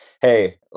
hey